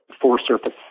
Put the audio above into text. four-surface